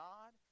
God